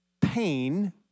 pain